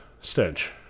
stench